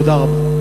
תודה רבה.